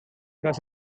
this